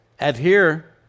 adhere